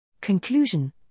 Conclusion